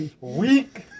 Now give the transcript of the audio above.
Weak